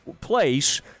place